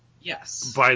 yes